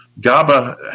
GABA